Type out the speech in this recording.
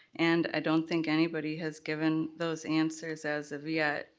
and i don't think anybody has given those answers as of yet,